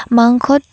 মাংসত